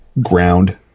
ground